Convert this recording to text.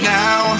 now